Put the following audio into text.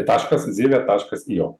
taškas zile taškas io